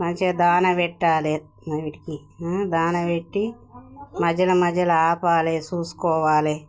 మంచిగా దానా పెట్టాలి వాటిని దానా పెట్టి మధ్యలో మధ్యలో ఆపాలి చూసుకోవాలి